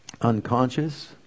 unconscious